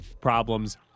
problems